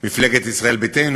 מפלגת ישראל ביתנו,